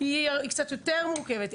היא קצת יותר מורכבת.